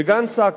בגן-סאקר,